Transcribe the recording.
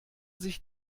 sich